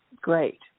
Great